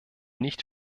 nicht